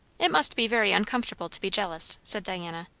it must be very uncomfortable to be jealous, said diana,